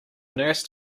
nurse